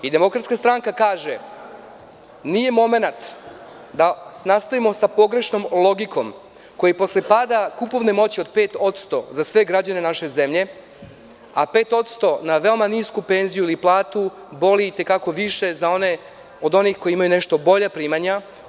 Demokratska stranka kaže da nije momenat da nastavimo sa pogrešnom logikom, koji posle pada kupovne moći od 5% za sve građane naše zemlje, a 5% na veoma nisku penziju ili platu boli i te kako više od onih koji imaju nešto bolja primanja.